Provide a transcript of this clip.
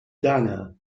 dana